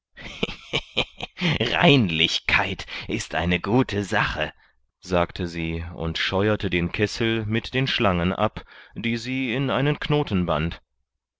reinlichkeit ist eine gute sache sagte sie und scheuerte den kessel mit den schlangen ab die sie in einen